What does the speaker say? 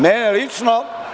Mene lično…